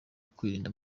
kwirinda